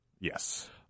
Yes